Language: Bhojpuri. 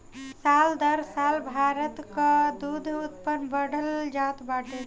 साल दर साल भारत कअ दूध उत्पादन बढ़ल जात बाटे